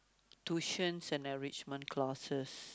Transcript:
tuition and enrichment classes